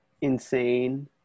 insane